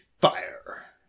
fire